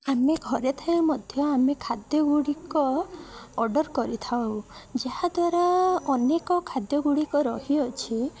ଆମେ ଘରେ ଥଏ ମଧ୍ୟ ଆମେ ଖାଦ୍ୟ ଗୁଡ଼ିକ ଅର୍ଡ଼ର କରିଥାଉ ଯାହାଦ୍ୱାରା ଅନେକ ଖାଦ୍ୟ ଗୁଡ଼ିକ ରହିଅଛି